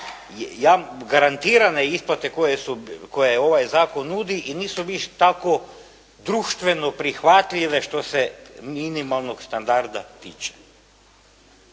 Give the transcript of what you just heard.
garantirane isplate koje ovaj zakon nudi i nisu tako društveno prihvatljive što se minimalnog standarda tiče.